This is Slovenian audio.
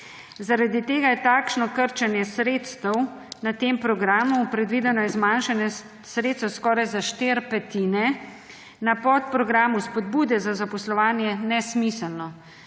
Zaradi tega je takšno krčenje sredstev na tem programu – predvideno je zmanjšanje sredstev za skoraj štiri petine – na podprogramu Spodbude za zaposlovanje nesmiselno.